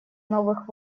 новых